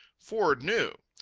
ford knew.